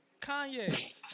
Kanye